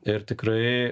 ir tikrai